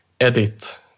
edit